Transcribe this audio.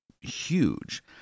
huge